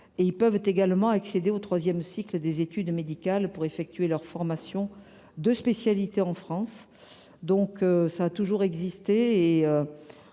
derniers peuvent également accéder au troisième cycle des études médicales pour effectuer leur formation de spécialité en France. Il leur est